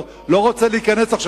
אני לא רוצה להיכנס לזה עכשיו.